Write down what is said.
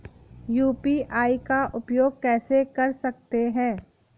UPI का उपयोग कैसे कर सकते हैं?